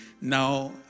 now